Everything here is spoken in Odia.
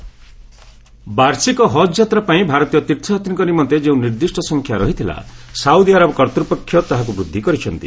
ହଜ୍ କୋଟା ବାର୍ଷିକ ହଜ୍ ଯାତ୍ରା ପାଇଁ ଭାରତୀୟ ତୀର୍ଥଯାତ୍ରୀଙ୍କ ନିମନ୍ତେ ଯେଉଁ ନିର୍ଦ୍ଦିଷ୍ଟ ସଂଖ୍ୟା ରହିଥିଲା ସାଉଦି ଆରବ କର୍ତ୍ତପକ୍ଷ ତାହାକୁ ବୃଦ୍ଧି କରିଛନ୍ତି